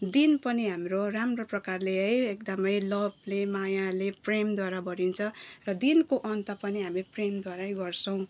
दिन पनि हाम्रो राम्रो प्रकारले है एकदमै लभले मायाले प्रेमद्वारा भरिन्छ र दिनको अन्त पनि हामी प्रेमद्वारै गर्छौँ